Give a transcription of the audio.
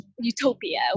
utopia